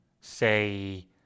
say